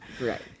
Right